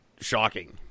shocking